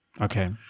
okay